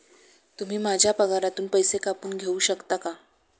तुम्ही माझ्या पगारातून पैसे कापून घेऊ शकता का?